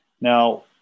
Now